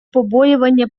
побоювання